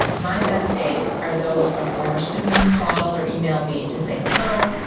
my best days are those when former students call or email me to say hello,